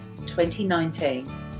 2019